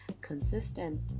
consistent